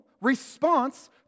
response